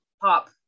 pop